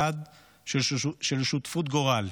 יד של שותפות גורל,